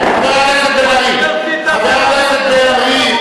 אוניברסיטת, חבר הכנסת בן-ארי.